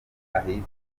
ahitwa